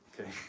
okay